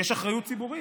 יש אחריות ציבורית,